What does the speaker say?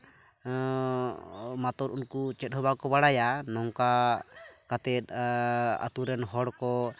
ᱢᱟᱛᱚ ᱩᱱᱠᱩ ᱪᱮᱫ ᱦᱚᱸ ᱵᱟᱝᱠᱚ ᱵᱟᱲᱟᱭᱟ ᱱᱚᱝᱠᱟ ᱠᱟᱛᱮᱫ ᱟᱹᱛᱩ ᱨᱮᱱ ᱦᱚᱲ ᱠᱚ